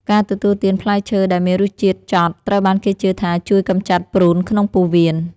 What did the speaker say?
ការទទួលទានផ្លែឈើដែលមានរសជាតិចត់ ត្រូវបានគេជឿថាជួយកម្ចាត់ព្រូនក្នុងពោះវៀន។